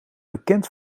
bekend